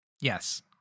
Yes